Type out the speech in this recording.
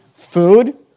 food